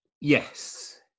Yes